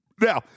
now